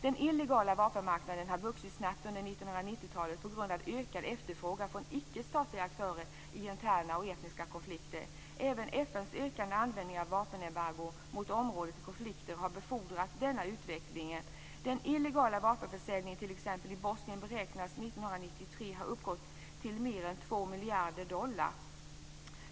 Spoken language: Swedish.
Den illegala vapenmarknaden har vuxit snabbt under 1990-talet på grund av ökad efterfrågan från icke-statliga aktörer i interna och etniska konflikter. Även FN:s ökade användning av vapenembargo mot områden i konflikt har befordrat denna utveckling. Den illegala vapenförsäljningen till t.ex. Bosnien beräknas 1993 ha uppgått till mer än två miljarder dollar.